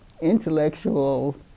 intellectual